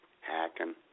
hacking